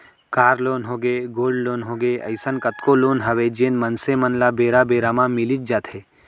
car loan होगे, gold loan होगे, अइसन कतको लोन हवय जेन मनसे मन ल बेरा बेरा म मिलीच जाथे